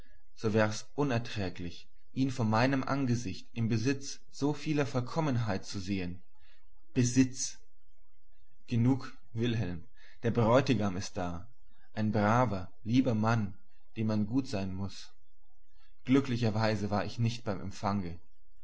so wär's unerträglich ihn vor meinem angesicht im besitz so vieler vollkommenheit zu sehen besitz genug wilhelm der bräutigam ist da ein braver lieber mann dem man gut sein muß glücklicherweise war ich nicht beim empfange